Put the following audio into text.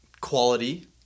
quality